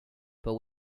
but